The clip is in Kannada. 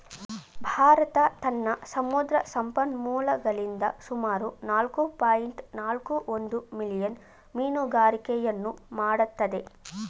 ಭಾರತ ತನ್ನ ಸಮುದ್ರ ಸಂಪನ್ಮೂಲಗಳಿಂದ ಸುಮಾರು ನಾಲ್ಕು ಪಾಯಿಂಟ್ ನಾಲ್ಕು ಒಂದು ಮಿಲಿಯನ್ ಮೀನುಗಾರಿಕೆಯನ್ನು ಮಾಡತ್ತದೆ